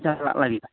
ᱪᱟᱞᱟᱜ ᱞᱟᱹᱜᱤᱫ